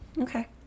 Okay